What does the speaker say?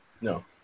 no